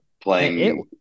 playing